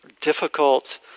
difficult